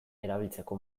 erabiltzeko